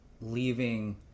leaving